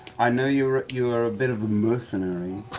i know you're you're a bit of a mercenary,